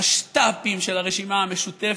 המשת"פים של הרשימה המשותפת,